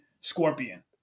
Scorpion